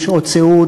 שעות סיעוד,